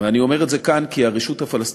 ואני אומר את זה כאן כי הרשות הפלסטינית